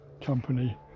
company